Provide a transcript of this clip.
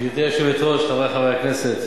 גברתי היושבת-ראש, חברי חברי הכנסת,